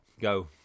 Go